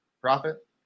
profit